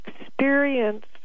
experience